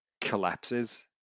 collapses